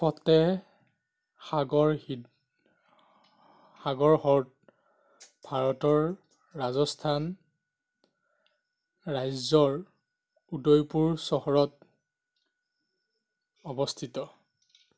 ফতেহ সাগৰ হিদ সাগৰ হ্ৰদ ভাৰতৰ ৰাজস্থান ৰাজ্যৰ উদয়পুৰ চহৰত অৱস্থিত